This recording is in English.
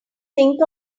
think